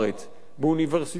באוניברסיטאות בארץ.